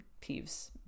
Peeves